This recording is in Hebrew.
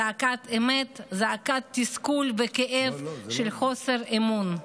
זעקת אמת, זעקת תסכול וכאב של חוסר אמון.